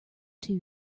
too